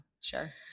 Sure